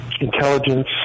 intelligence